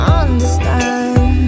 understand